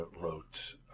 wrote